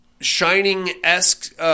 Shining-esque